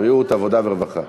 בריאות, עבודה ורווחה.